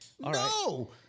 no